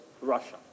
Russia